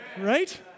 Right